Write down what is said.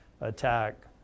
attack